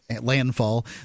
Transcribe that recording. landfall